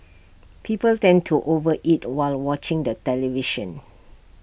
people tend to over eat while watching the television